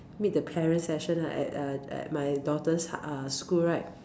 meet the parents session right at uh at my daughter's uh school right